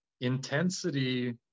intensity